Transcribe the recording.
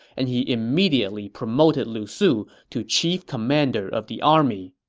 and he immediately promoted lu su to chief commander of the army.